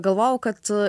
galvojau kad